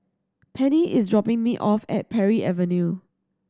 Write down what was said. Pennie is dropping me off at Parry Avenue